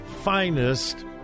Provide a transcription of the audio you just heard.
finest